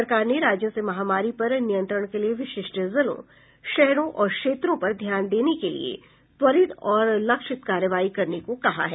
सरकार ने राज्यों से महामारी पर नियंत्रण के लिए विशिष्ट जिलों शहरों और क्षेत्रों पर ध्यान देने के लिए त्वरित और लक्षित कार्रवाई करने को कहा है